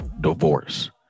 divorce